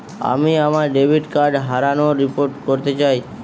আমি আমার debit card হারানোর রিপোর্ট করতে চাই